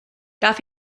darf